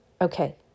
Okay